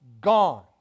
Gone